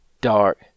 dark